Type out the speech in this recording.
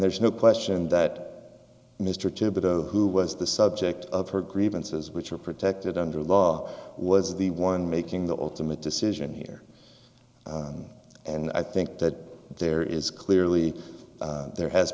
there's no question that mr tippett oh who was the subject of her grievances which are protected under law was the one making the ultimate decision here and i think that there is clearly there has